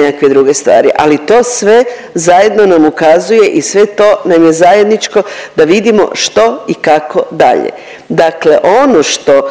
nekakve druge stvar. Ali to sve zajedno nam ukazuje i sve to nam je zajedničko da vidimo što i kako dalje. Dakle ono što